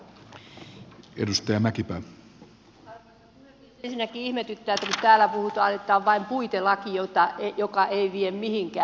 ensinnäkin ihmetyttää kun täällä puhutaan että tämä on vain puitelaki joka ei vie mihinkään